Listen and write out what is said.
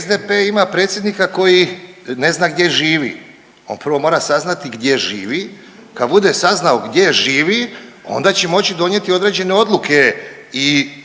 SDP ima predsjednika koji ne zna gdje živi, on prvo mora saznati gdje živi, kad bude saznao gdje živi onda će moći donijeti određene odluke i